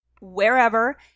wherever